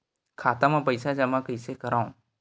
खाता म पईसा जमा कइसे करव?